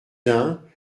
dain